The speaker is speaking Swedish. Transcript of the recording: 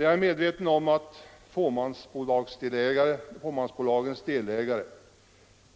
Jag är medveten om att fåmansbolagens delägare